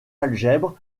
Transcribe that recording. algèbre